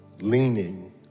leaning